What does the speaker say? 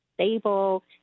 stable